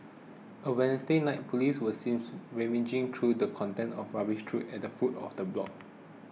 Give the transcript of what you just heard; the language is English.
on Wednesday night police were seems rummaging through the contents of a rubbish chute at the foot of the block